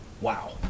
Wow